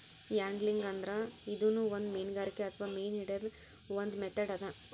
angling ಅಂದ್ರ ಇದೂನು ಒಂದ್ ಮೀನ್ಗಾರಿಕೆ ಅಥವಾ ಮೀನ್ ಹಿಡ್ಯದ್ದ್ ಒಂದ್ ಮೆಥಡ್ ಅದಾ